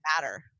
matter